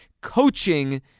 Coaching